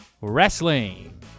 Wrestling